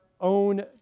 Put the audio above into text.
own